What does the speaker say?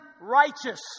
righteous